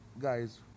guys